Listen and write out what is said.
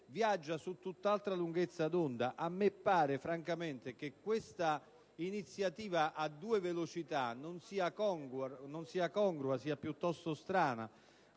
viaggia su tutt'altra lunghezza d'onda. A me pare, francamente, che questa iniziativa a due velocità non sia congrua, ma sia piuttosto strana.